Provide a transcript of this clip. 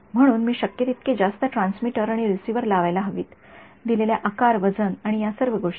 म्हणून मी शक्य तितके जास्त ट्रान्समीटर आणि रिसीव्हर लावायला हवीत दिलेल्या आकार वजन आणि या सर्व गोष्टी